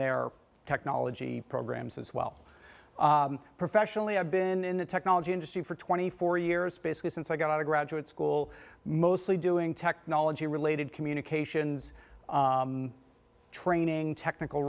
their technology programs as well professionally i've been in the technology industry for twenty four years basically since i got out of graduate school mostly doing technology related communications training technical